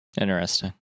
Interesting